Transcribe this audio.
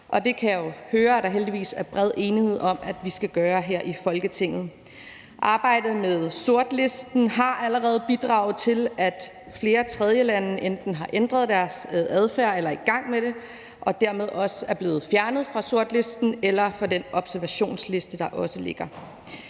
Det kan jeg jo høre at der heldigvis er bred enighed om at vi skal gøre her i Folketinget. Arbejdet med sortlisten har allerede bidraget til, at flere tredjelande enten har ændret deres adfærd eller er i gang med det og dermed også er blevet fjernet fra sortlisten eller fra den observationsliste, der også ligger.